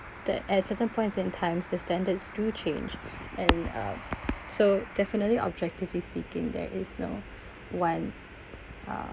that at certain points in times the standards do change and uh so definitely objectively speaking there is no one uh